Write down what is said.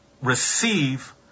receive